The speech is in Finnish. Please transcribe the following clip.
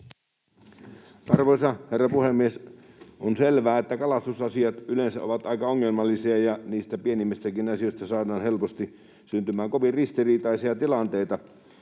Arvoisa herra puhemies! On selvää, että kalastusasiat yleensä ovat aika ongelmallisia ja niistä pienimmistäkin asioista saadaan helposti syntymään kovin ristiriitaisia tilanteita.